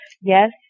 yes